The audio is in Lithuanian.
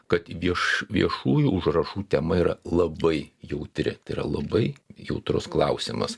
kad vieš viešųjų užrašų tema yra labai jautri tai yra labai jautrus klausimas